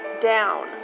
down